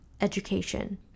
education